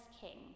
king